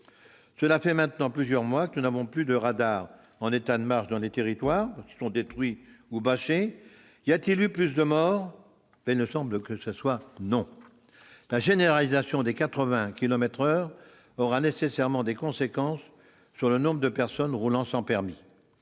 Cela fait maintenant plusieurs mois que nous n'avons plus de radars en état de marche dans les territoires, détruits ou bâchés. Y a-t-il eu plus de morts ? Il ne semble pas. La généralisation des 80 kilomètres par heure aura nécessairement des conséquences sur le nombre de personnes roulant sans permis.